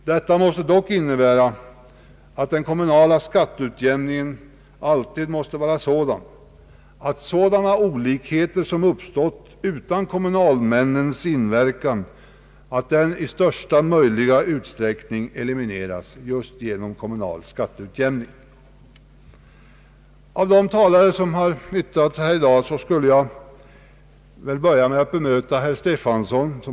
Detta måste dock innebära att den kommunala skatteutjämningen alltid måste fungera så att sådana olikheter som uppstått utan kommunalmännens inverkan i största möjliga utsträckning elimineras just genom kommunalskatteutjämning. Av de talare som har yttrat sig här i dag vill jag börja med att bemöta herr Stefanson.